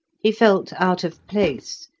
he felt out of place,